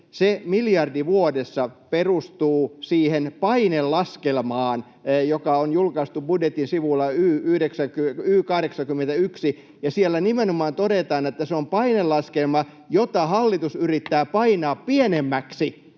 se miljardi vuodessa perustuu siihen painelaskelmaan, joka on julkaistu budjetin sivulla 81, ja siellä nimenomaan todetaan, että se on painelaskelma, jota hallitus yrittää painaa pienemmäksi.